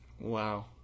Wow